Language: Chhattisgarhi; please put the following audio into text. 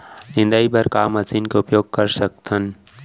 निंदाई बर का मशीन के उपयोग कर सकथन?